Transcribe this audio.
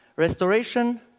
Restoration